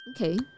Okay